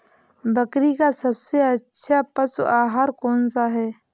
बकरी का सबसे अच्छा पशु आहार कौन सा है?